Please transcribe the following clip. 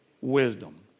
wisdom